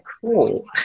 cool